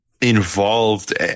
involved